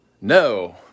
No